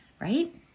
right